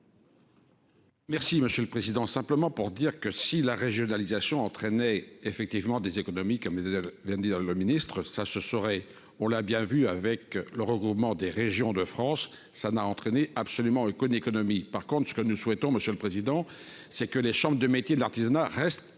Monsieur le Président, simplement pour dire que si la régionalisation entraîné effectivement des économique hein, mais lundi dans le Ministre, ça se saurait, on l'a bien vu avec le regroupement des régions de France, ça n'a entraîné absolument connaît économie, par contre, ce que nous souhaitons, Monsieur le Président, c'est que les chambres de métiers de l'artisanat reste extrêmement